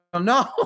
No